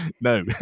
no